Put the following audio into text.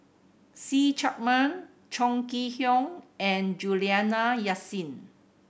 See Chak Mun Chong Kee Hiong and Juliana Yasin